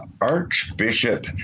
Archbishop